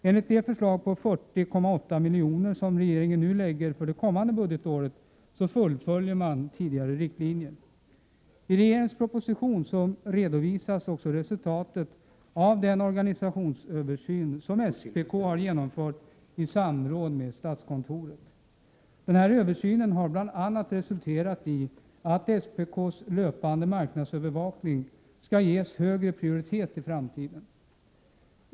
Enligt det förslag på 40,8 milj.kr. som regeringen nu lägger för det kommande budgetåret fullföljer man tidigare riktlinjer. I regeringens proposition redovisas också resultatet av den organisationsöversyn som SPK har genomfört i samråd med statskontoret. Den översynen har bl.a. resulterat i att SPK:s löpande marknadsövervakning skall ges högre prioritet i framtiden.